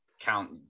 count